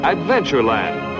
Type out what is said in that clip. Adventureland